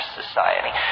society